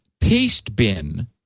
Pastebin